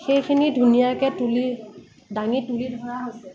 সেইখিনি ধুনীয়াকৈ তুলি দাঙি তুলি ধৰা হৈছে